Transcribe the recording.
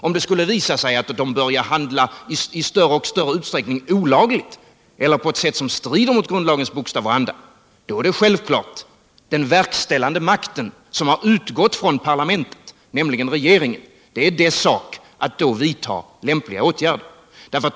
Om det skulle visa sig att de börjar handla i allt större utsträckning olagligt eller på ett sätt som strider mot grundlagens bokstav och anda, är det självfallet en sak för den verkställande makt som har utgått från parlamentet, nämligen regeringen, att vidta lämpliga åtgärder.